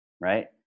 Right